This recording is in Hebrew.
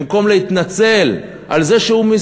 במקום להתנצל על זה שהוא,